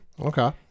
Okay